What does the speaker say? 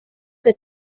que